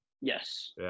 yes